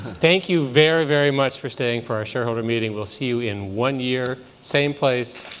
thank you very, very much for staying for our shareholder meeting. we'll see you in one year, same place.